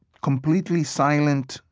completely silent,